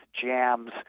jams